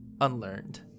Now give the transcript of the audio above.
unlearned